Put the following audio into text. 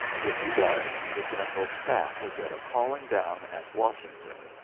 if he does, the general staff will get a calling down at washington,